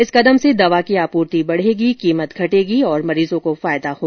इस कदम से दवा की आपूर्ति बढ़ेगी कीमत घटेगी और मरीजों को फायदा होगा